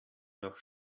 nach